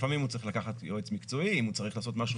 לפעמים הוא צריך לקחת יועץ מקצועי אם הוא צריך לעשות משהו